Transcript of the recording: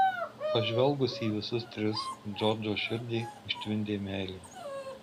pažvelgus į visus tris džordžo širdį užtvindė meilė